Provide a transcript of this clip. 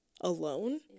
alone